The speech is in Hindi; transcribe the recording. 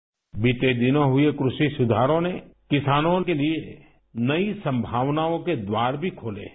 बाइट बीते दिनों हुए कृषि सुधारों ने किसानों के लिए नई संभावनाओं के द्वार भी खोले हैं